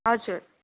हजुर